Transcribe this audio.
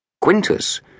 Quintus